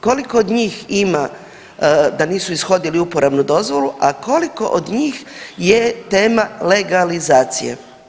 Koliko od njih ima da nisu ishodili uporabnu dozvolu, a koliko od njih je tema legalizacije?